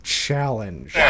challenge